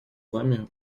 вами